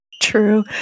True